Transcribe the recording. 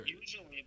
Usually